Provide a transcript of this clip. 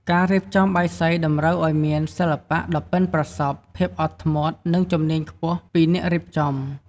ការរៀបចំបាយសីតម្រូវឱ្យមាន សិល្បៈ ដ៏ប៉ិនប្រសប់ ភាពអត់ធ្មត់ និងជំនាញខ្ពស់ពីអ្នករៀបចំ។